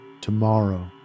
tomorrow